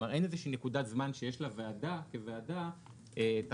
אין איזושהי נקודת זמן שיש לוועדה כוועדה לבדוק